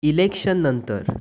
इलेक्शननंतर